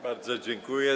Bardzo dziękuję.